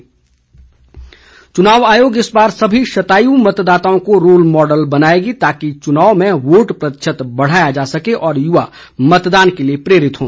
DC Una चुनाव आयोग इस बार सभी शतायु मतदाताओं को रोल मॉडल बनाएगा ताकि चुनाव में वोट प्रतिशत बढ़ाया जा सके और युवा मतदान के लिए प्रेरित हों